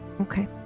Okay